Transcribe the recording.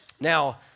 Now